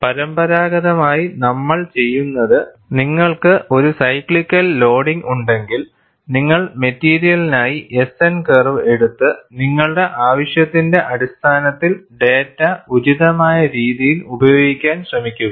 പരമ്പരാഗതമായി നമ്മൾ ചെയ്യുന്നത് നിങ്ങൾക്ക് ഒരു സൈക്ലിക്കൽ ലോഡിംഗ് ഉണ്ടെങ്കിൽ നിങ്ങൾ മെറ്റീരിയലിനായി S N കർവ് എടുത്ത് നിങ്ങളുടെ ആവശ്യത്തിന്റെ അടിസ്ഥാനത്തിൽ ഡാറ്റ ഉചിതമായ രീതിയിൽ ഉപയോഗിക്കാൻ ശ്രമിക്കുക